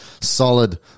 Solid